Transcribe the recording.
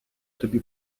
тобі